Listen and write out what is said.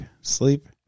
sleep